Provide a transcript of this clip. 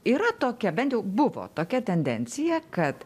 yra tokia bent jau buvo tokia tendencija kad